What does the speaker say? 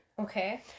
Okay